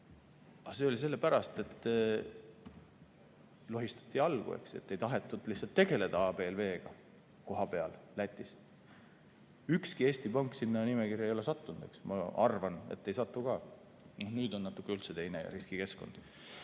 see oli sellepärast, et lohistati jalgu, ei tahetud lihtsalt tegeleda ABLV-ga Lätis kohapeal. Ükski Eesti pank sinna nimekirja ei ole sattunud ja ma arvan, et ei satu ka. Nüüd on üldse natuke teine riskikeskkond.